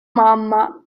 mamma